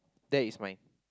that is mine